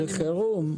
זה חירום.